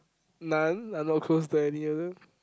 none I'm not close to any of them